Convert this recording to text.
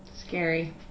Scary